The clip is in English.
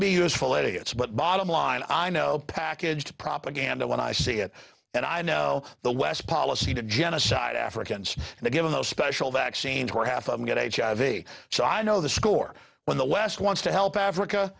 be useful idiots but bottom line i know packaged propaganda when i see it and i know the west policy to genocide africans and they give those special vaccines where half of them get h i v so i know the score when the west wants to help africa